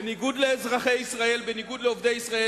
בניגוד לאזרחי ישראל, בניגוד לעובדי ישראל.